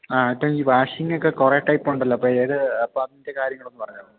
ആ ആകട്ടെ ഈ വാഷിങ്ങൊക്ക കുറേ ടൈപ്പുണ്ടല്ലൊ അപ്പോൾ ഏത് അപ്പോൾ അതിൻ്റെ കാര്യങ്ങളൊന്നു പറഞ്ഞുതരുമോ